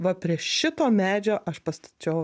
va prie šito medžio aš pastačiau